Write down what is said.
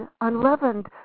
unleavened